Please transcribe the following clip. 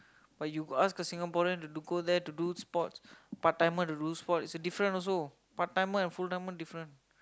but you ask the Singaporean to go there to do sports part timer to do sports it's a different also part timer and full timer different